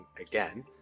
again